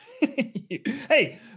Hey